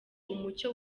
umucyo